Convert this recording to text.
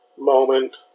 moment